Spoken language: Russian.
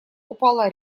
упала